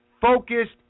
focused